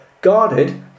guarded